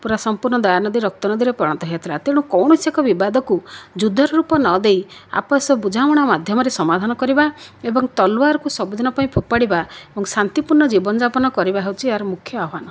ପୁରା ସମ୍ପୂର୍ଣ୍ଣ ଦୟା ନଦୀ ରକ୍ତ ନଦୀରେ ପରିଣତ ହୋଇଯାଇଥିଲା ତେଣୁ କୌଣସି ଏକ ବିବାଦକୁ ଯୁଦ୍ଧର ରୂପ ନଦେଇ ଆପୋସ ବୁଝାମଣା ମାଧ୍ୟମରେ ସମାଧାନ କରିବା ଏବଂ ତଲଵାରକୁ ସବୁଦିନ ପାଇଁ ଫୋପାଡ଼ିବା ଏବଂ ଶାନ୍ତି ପୂର୍ଣ୍ଣ ଜୀବନ ଯାପାନ କରିବା ହେଉଛି ଏହାର ମୁଖ୍ୟ ଆହ୍ୱାନ